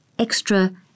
extra